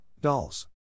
dolls